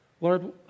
Lord